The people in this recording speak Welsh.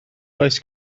oes